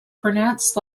pronounced